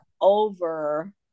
over